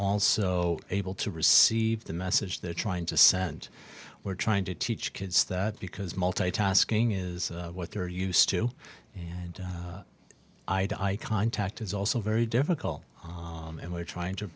also able to receive the message they're trying to send we're trying to teach kids that because multitasking is what they're used to and eye to eye contact is also very difficult and we're trying to